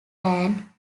land